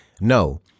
no